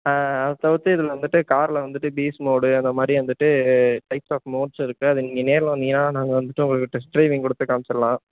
அது தவிர்த்து இதில் வந்துட்டு காரில் வந்துட்டு பீஸ் மோடு அதே மாதிரி வந்துட்டு டைப்ஸ் ஆஃப் மோட்ஸ் இருக்குது அதை நீங்கள் நேரில் வந்திங்கன்னால் நாங்கள் வந்துட்டு உங்களுக்கு டெஸ்ட் டிரைவிங் கொடுத்து காமிச்சுடுலாம்